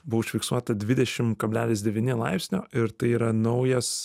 buvo užfiksuota dvidešim kablelis devyni laipsnio ir tai yra naujas